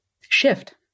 shift